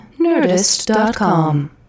Nerdist.com